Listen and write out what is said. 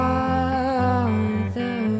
Father